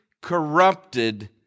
corrupted